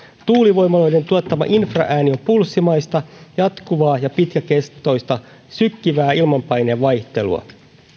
tuulivoimaloiden tuottama infraääni on pulssimaista jatkuvaa ja pitkäkestoista sykkivää ilmanpaineen vaihtelua